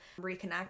reconnect